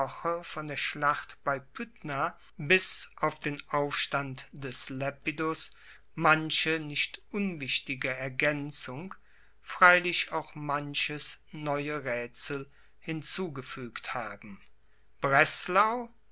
von der schlacht bei pydna bis auf den aufstand des lepidus manche nicht unwichtige ergaenzung freilich auch manches neue raetsel hinzugefuegt haben breslau